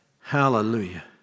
Hallelujah